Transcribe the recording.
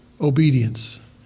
Obedience